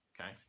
okay